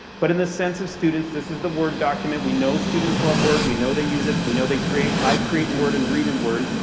but in the sense of student's, this is the word document. we know students love word. we know they use it. we know they create. i create in word and read in word.